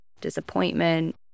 disappointment